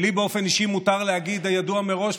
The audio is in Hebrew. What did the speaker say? ולי באופן אישי מותר להגיד "ידוע מראש",